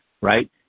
right